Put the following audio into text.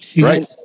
Right